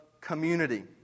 community